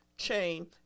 chain